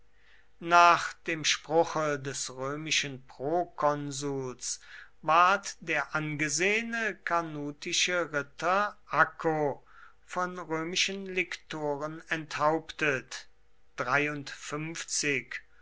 nach dem spruche des römischen prokonsuls ward der angesehene carnutische ritter acco von römischen liktoren enthauptet